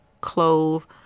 clove